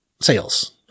sales